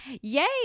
Yay